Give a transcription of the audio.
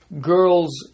girls